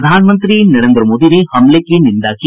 प्रधानमंत्री नरेन्द्र मोदी ने हमले की निंदा की